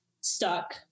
stuck